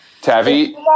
Tavi